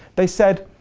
they said,